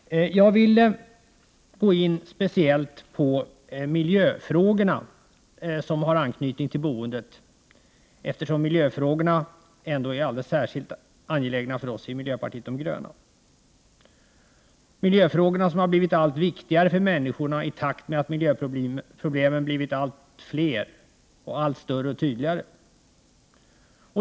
Jag vill speciellt gå in på miljöfrågorna, som har anknytning till boendet, eftersom miljöfrågorna ändå är alldeles särskilt angelägna för oss i miljöpartiet de gröna. Miljöfrågorna har blivit allt viktigare för människorna i takt med att miljöproblemen blivit allt fler och allt större och tydligare.